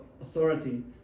authority